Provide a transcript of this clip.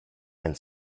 and